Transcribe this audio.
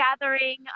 gathering